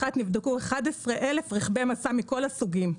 ב-2021 נבדקו 11,000 רכבי משא מכל הסוגים.